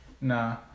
Nah